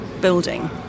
building